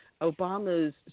Obama's